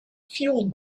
fueled